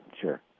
sure